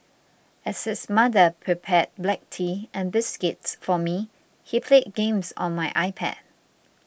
as his mother prepared black tea and biscuits for me he played games on my iPad